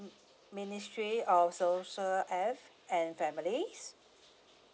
ministry of social and and families